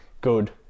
good